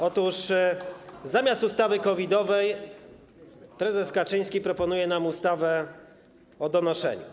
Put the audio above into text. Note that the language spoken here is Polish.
Otóż zamiast ustawy COVID-owej prezes Kaczyński proponuje nam ustawę o donoszeniu.